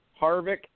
Harvick